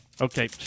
Okay